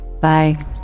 Bye